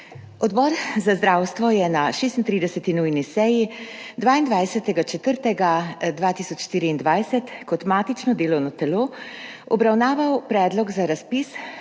Odbor za zdravstvo je na 36. nujni seji 22. 4. 2024 kot matično delovno telo obravnaval Predlog za razpis